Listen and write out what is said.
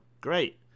Great